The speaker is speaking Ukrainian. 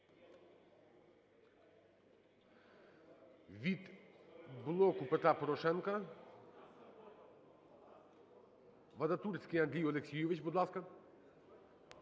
Від "Блоку Петра Порошенка" Вадатурський Андрій Олексійович, будь ласка.